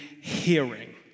hearing